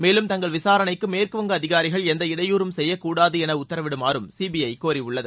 மேலும் தங்கள் விசாரணைக்கு மேற்கு வங்க அதிகாரிகள் எந்த இடையூறும் செய்யக்கூடாது என உத்தரவிடுமாறும் சிபிஐ கோரியுள்ளது